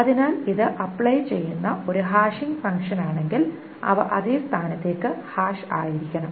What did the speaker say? അതിനാൽ ഇത് അപ്ലൈ ചെയ്യുന്ന ഒരു ഹാഷിംഗ് ഫംഗ്ഷനാണെങ്കിൽ അവ അതേ സ്ഥാനത്തേക്ക് ഹാഷ് ആയിരിക്കണം